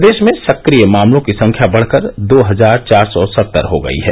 प्रदेश में सक्रिय मामलों की संख्या बढ़कर दो हजार चार सौ सत्तर हो गयी है